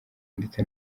ndetse